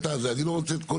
אני לא רוצה זה ,